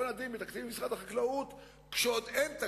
בואו נדון בתקציב משרד החקלאות כשעוד אין תקציב,